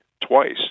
twice